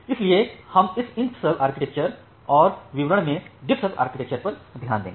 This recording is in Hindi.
इसलिए हम इस IntServ आर्किटेक्चर और विवरण में डिफसर्व आर्किटेक्चर पर ध्यान देंगे